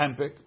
handpick